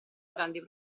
grandi